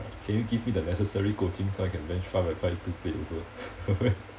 can you give me the necessary coaching so I can bench five by five two plate also